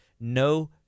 no